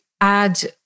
add